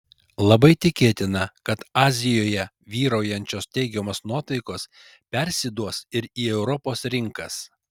labai tikėtina kad azijoje vyraujančios teigiamos nuotaikos persiduos į į europos rinkas